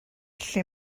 lle